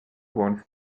wants